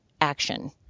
action